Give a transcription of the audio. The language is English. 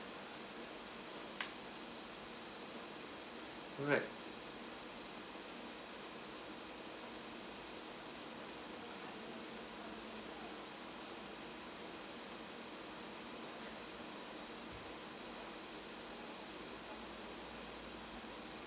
alright